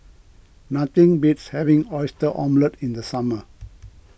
nothing beats having Oyster Omelette in the summer